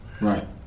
Right